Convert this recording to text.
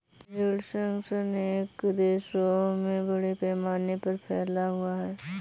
ऋण संघ अनेक देशों में बड़े पैमाने पर फैला हुआ है